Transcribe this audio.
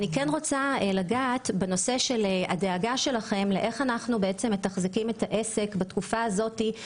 אני רוצה לגעת בדאגה שלכם לצורת תיחזוק העסק בעשור הקרוב.